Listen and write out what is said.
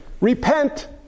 Repent